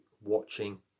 watching